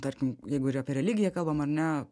tarkim jeigu ir apie religiją kalbam ar ne